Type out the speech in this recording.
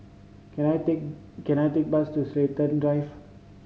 can I take can I take bus to Chiltern Drive